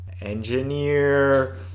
engineer